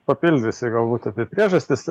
papildysi galbūt apie priežastis